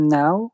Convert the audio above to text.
now